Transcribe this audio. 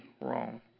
wrong